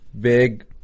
Big